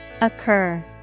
Occur